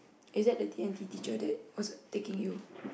is that the D-and-T teacher that was taking you